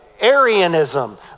arianism